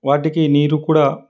వాటికి నీరు కూడా